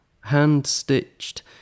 hand-stitched